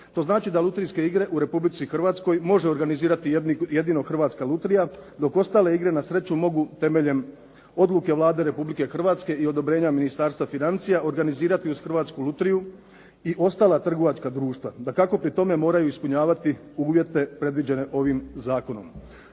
To znači da lutrijske igre u Republici Hrvatskoj može organizirati jedino Hrvatska lutrija, dok ostale igre na sreću mogu temeljem odluke Vlade Republike Hrvatske i odobrenja Ministarstva financija organizirati uz Hrvatsku lutriju i ostala trgovačka društva. Dakako, pri tome moraju ispunjavati uvjete predviđene ovim zakonom.